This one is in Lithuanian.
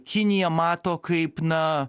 kiniją mato kaip na